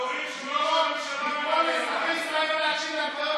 ראש הממשלה גורם לאנרכיה.